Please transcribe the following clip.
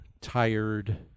tired